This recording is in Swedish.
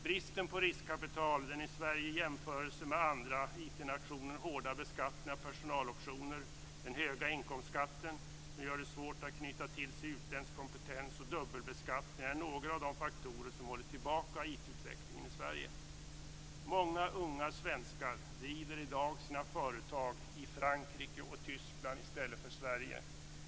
Bristen på riskkapital, den i Sverige i jämförelse med andra IT-nationer hårda beskattningen av personaloptioner, den höga inkomstskatten som gör det svårt att knyta till sig utländsk kompetens och dubbelbeskattningen är några av de faktorer som håller tillbaka IT-utvecklingen i Sverige. Många unga svenskar driver i dag sina företag i Frankrike och i Tyskland i stället för i Sverige.